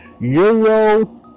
Euro